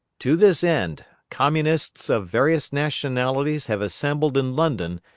to this end, communists of various nationalities have assembled in london,